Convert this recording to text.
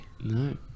no